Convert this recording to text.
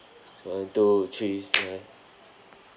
one two thee clap